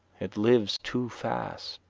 it lives too fast.